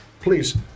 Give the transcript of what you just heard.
Please